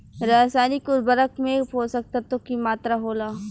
रसायनिक उर्वरक में पोषक तत्व की मात्रा होला?